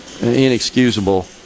inexcusable